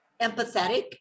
empathetic